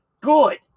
good